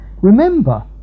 Remember